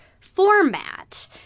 format